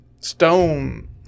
Stone